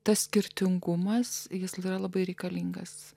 tas skirtingumas jis yra labai reikalingas